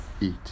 eat